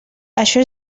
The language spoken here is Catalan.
això